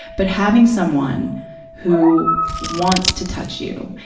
but having someone who wants to touch you,